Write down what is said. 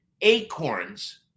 acorns